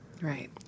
Right